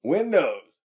Windows